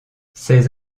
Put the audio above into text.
ses